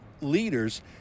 leaders